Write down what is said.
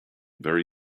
very